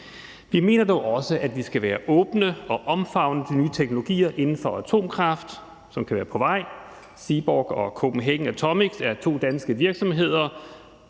Vi mener dog også, at vi skal være åbne og omfavne de nye teknologier inden for atomkraft, som kan være på vej. Seaborg Technologies og Copenhagen Atomics er to danske virksomheder,